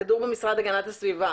הכדור במשרד להגנת הסביבה.